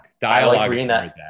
Dialogue